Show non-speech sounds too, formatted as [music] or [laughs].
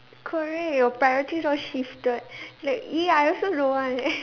correct your priorities all shifted like !ee! I also don't want [laughs]